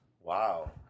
wow